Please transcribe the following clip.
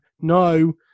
no